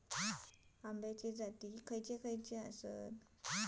अम्याचे जाती खयचे खयचे आसत?